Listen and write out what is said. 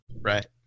right